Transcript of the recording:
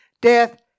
death